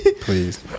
Please